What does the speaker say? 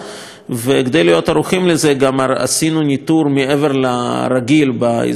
כדי להיות ערוכים לזה גם עשינו ניטור מעבר לרגיל באזור המפרץ,